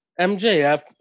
MJF